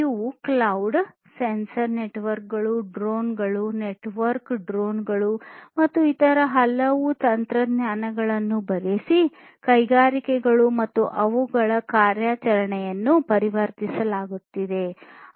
ಇವು cloud sensor ನೆಟ್ವರ್ಕ್ಗಳು ಡ್ರೋನ್ಗಳು ನೆಟ್ವರ್ಕ್ಡ್ ಡ್ರೋನ್ ಗಳು ಮತ್ತು ಇತರ ಹಲವು ತಂತ್ರಜ್ಞಾನಗಳನ್ನು ಬಳಸಿ ಕೈಗಾರಿಕೆಗಳು ಮತ್ತು ಅವುಗಳ ಕಾರ್ಯಾಚರಣೆಗಳನ್ನು ಪರಿವರ್ತಿಸಲಾಗುತ್ತದೆ